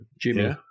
Jimmy